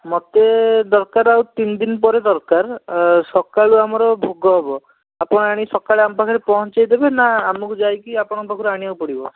ମୋତେ ଦରକାର ଆଉ ତିନି ଦିନ ପରେ ଦରକାର ସକାଳୁ ଆମର ଭୋଗ ହେବ ଆପଣ ଆଣି ସକାଳୁ ଆମ ପାଖରେ ପହଞ୍ଚେଇଦେବେ ନା ଆମକୁ ଯାଇକି ଆପଣଙ୍କ ପାଖରୁ ଆଣିବାକୁ ପଡ଼ିବ